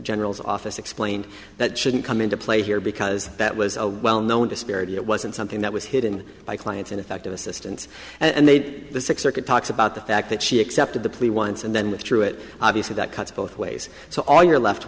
general's office explained that shouldn't come into play here because that was a well known disparity that was a something that was hidden by clients ineffective assistance and they'd the sick circuit talks about the fact that she accepted the plea once and then withdrew it obviously that cuts both ways so all you're left